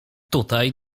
tutaj